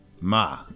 Ma